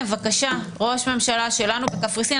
הינה, בבקשה, ראש ממשלה שלנו בקפריסין.